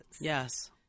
Yes